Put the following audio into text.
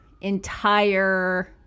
entire